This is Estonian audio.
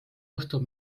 õhtul